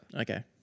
Okay